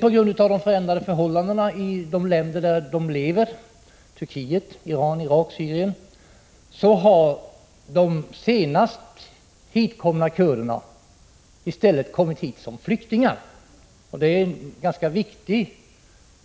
På grund av de förändrade förhållandena där kurder lever —- i Turkiet, Iran, Irak, Syrien — har de senast hitkomna kurderna i stället kommit som flyktingar. Det är här fråga om en ganska viktig